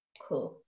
Cool